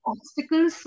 Obstacles